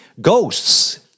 Ghosts